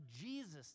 Jesus